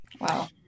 Wow